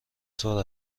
طور